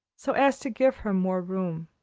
so as to give her more room.